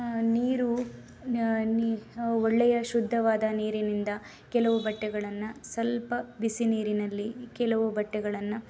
ನೀರು ಒಳ್ಳೆಯ ಶುದ್ಧವಾದ ನೀರಿನಿಂದ ಕೆಲವು ಬಟ್ಟೆಗಳನ್ನು ಸ್ವಲ್ಪ ಬಿಸಿ ನೀರಿನಲ್ಲಿ ಕೆಲವು ಬಟ್ಟೆಗಳನ್ನು